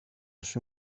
σου